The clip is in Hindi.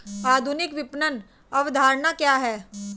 आधुनिक विपणन अवधारणा क्या है?